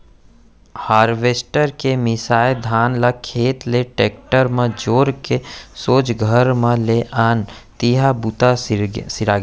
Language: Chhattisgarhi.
हारवेस्टर के मिंसाए धान ल खेत ले टेक्टर म जोर के सोझ घर म ले आन तिहॉं बूता सिरागे